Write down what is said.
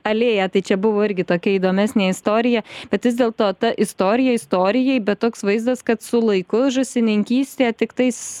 alėją tai čia buvo irgi tokia įdomesnė istorija bet vis dėlto ta istorija istorijai bet toks vaizdas kad su laiku žąsininkystė tiktais